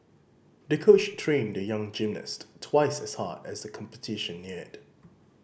the coach trained the young gymnast twice as hard as the competition neared